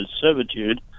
servitude